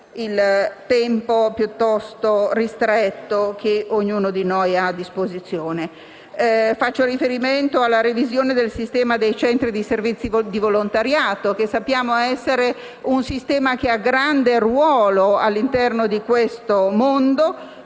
il tempo piuttosto ristretto che ognuno di noi ha a disposizione. Mi riferisco alla revisione del sistema dei centri di servizi di volontariato, che sappiamo essere un sistema che ha grande ruolo all'interno di questo mondo